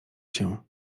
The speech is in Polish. się